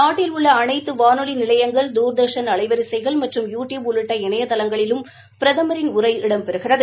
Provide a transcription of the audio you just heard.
நாட்டில் உள்ள அனைத்து வானொலி நிலையங்கள் தூர்தர்ஷன் அலைவரிசைகள் மற்றும் யூ டியூப் உள்ளிட்ட இணையதளங்களிலும் பிரதமரின் உரை இடம் பெறுகிறது